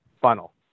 funnel